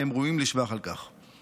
והם ראויים לשבח על כך.